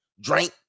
drink